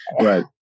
Right